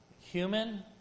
Human